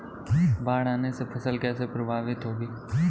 बाढ़ आने से फसल कैसे प्रभावित होगी?